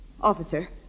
Officer